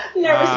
no.